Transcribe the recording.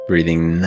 Breathing